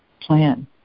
plan